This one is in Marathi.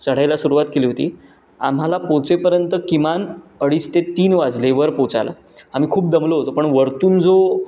चढाईला सुरुवात केली होती आम्हाला पोहचेपर्यंत किमान अडीच ते तीन वाजले वर पोहचायला आम्ही खूप दमलो होतो पण वरतून जो